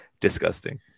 Disgusting